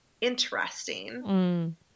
interesting